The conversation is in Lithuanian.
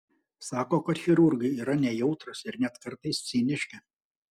sako kad chirurgai yra nejautrūs ir net kartais ciniški